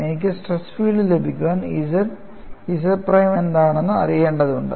എനിക്ക് stress field ലഭിക്കാൻ Z Z prime എന്താണെന്ന് എനിക്ക് അറിയേണ്ടതുണ്ട്